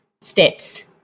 steps